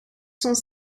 sont